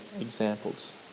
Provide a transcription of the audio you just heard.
examples